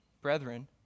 brethren